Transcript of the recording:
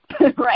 right